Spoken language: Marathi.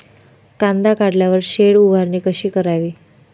कांदा काढल्यावर शेड उभारणी कशी करावी?